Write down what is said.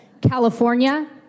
California